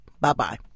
Bye-bye